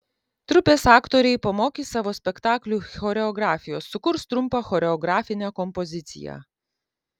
trupės aktoriai pamokys savo spektaklių choreografijos sukurs trumpą choreografinę kompoziciją